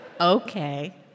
Okay